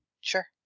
Sure